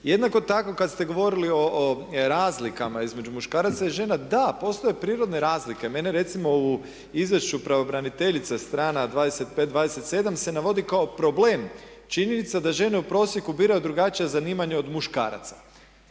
Jednako tako kada ste govorili o razlikama između muškaraca i žena, da postoje prirodne razlike. Mene recimo u izvješću pravobraniteljice strana 25, 27 se navodi kao problem činjenica da žene u prosjeku biraju drugačija zanimanja od muškaraca.